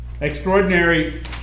extraordinary